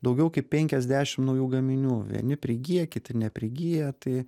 daugiau kaip penkiasdešim naujų gaminių vieni prigyja kiti neprigyja tai